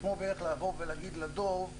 זה כמו בערך לבוא ולהגיד לדב,